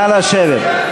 נא לשבת.